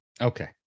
Okay